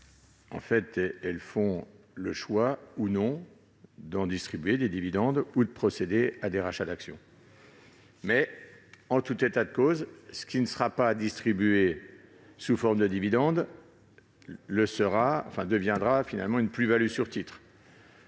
font ou non le choix de distribuer des dividendes ou de procéder à des rachats d'actions. En tout état de cause, ce qui ne sera pas distribué sous forme de dividendes deviendra une plus-value sur titres,